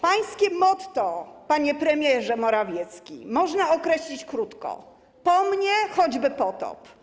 Pańskie motto, panie premierze Morawiecki, można określić krótko: po mnie choćby potop.